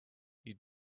you